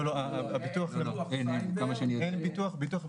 אין ביטוח,